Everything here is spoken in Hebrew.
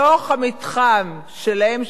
בתוך המתחם שלהם,